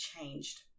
changed